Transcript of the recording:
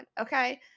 Okay